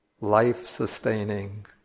life-sustaining